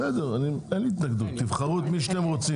אין לי התנגדות, תבחרו את מי שאתם רוצים.